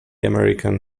american